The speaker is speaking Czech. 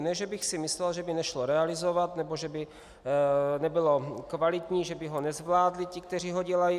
Ne že bych si myslel, že by nešlo realizovat nebo že by nebylo kvalitní, že by ho nezvládli ti, kteří ho dělají.